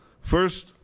First